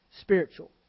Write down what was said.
spiritual